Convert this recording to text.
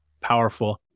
Powerful